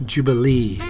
Jubilee